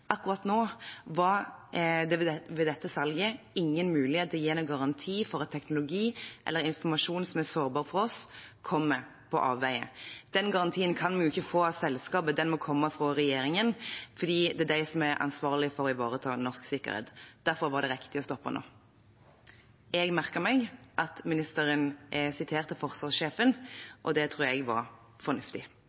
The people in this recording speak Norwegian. Akkurat nå var det ved dette salget ingen mulighet til å gi en garanti for at teknologi eller informasjon som er sårbar for oss, kommer på avveier. Den garantien kan vi jo ikke få av selskapet, den må komme fra regjeringen, fordi det er de som er ansvarlig for å ivareta norsk sikkerhet. Derfor var det riktig å stoppe nå. Jeg merket meg at ministeren siterte forsvarssjefen, og det tror jeg var fornuftig.